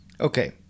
okay